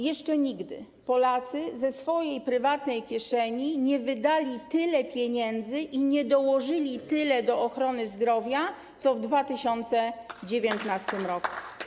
Jeszcze nigdy Polacy ze swojej prywatnej kieszeni nie wydali tyle pieniędzy i nie dołożyli tyle do ochrony zdrowia co w 2019 r.